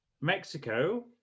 Mexico